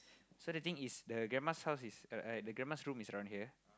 so the thing is the grandma's house is the grandma's room is around here